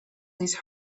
these